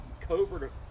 Covert